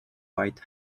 white